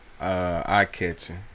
eye-catching